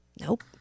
Nope